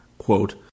quote